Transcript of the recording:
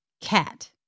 cat